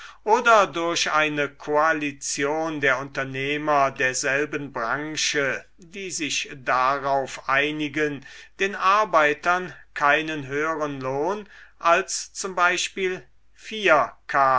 oder durch eine koalition der unternehmer derselben branche die sich darauf einigen den arbeitern keinen höheren lohn als z b